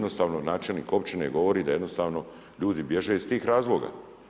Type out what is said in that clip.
Načelnik općine govori da jednostavno ljudi bježe iz tih razloga.